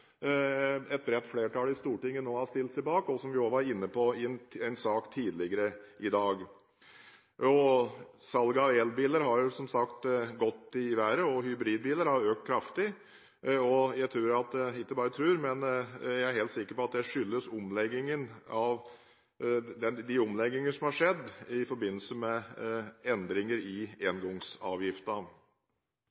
vi også inne på i en sak tidligere i dag. Salget av elbiler har som sagt gått i været, og antall hybridbiler har økt kraftig. Jeg ikke bare tror, men er helt sikker på at det skyldes de omlegginger som har skjedd i forbindelse med endringer i